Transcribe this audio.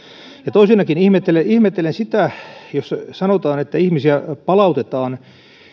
tosiaankin ihmettelen ihmettelen sitä jos sanotaan että ihmisiä palautetaan